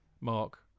Mark